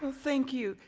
ah thank you.